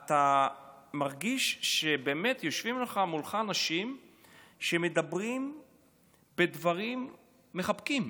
אתה מרגיש שבאמת יושבים מולך אנשים שמדברים בדברים מחבקים,